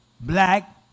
black